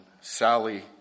Sally